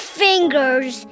fingers